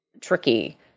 tricky